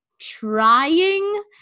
trying